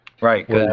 Right